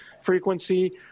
frequency